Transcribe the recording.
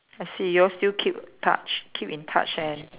I see you all still keep touch keep in touch and